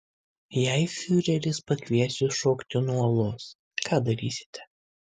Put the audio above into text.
jei fiureris pakvies jus šokti nuo uolos ką darysite